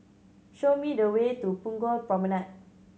show me the way to Punggol Promenade